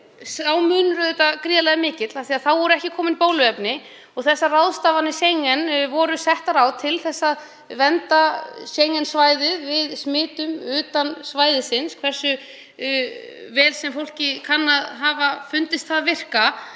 er auðvitað gríðarlega mikill af því að þá voru ekki komin bóluefni og þessar ráðstafanir Schengen voru settar á til þess að vernda Schengen-svæðið gegn smitum utan svæðisins. Hversu vel sem fólki kann að hafa fundist það virka